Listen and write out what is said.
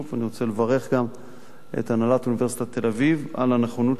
אני רוצה לברך גם את הנהלת אוניברסיטת תל-אביב על הנכונות שלה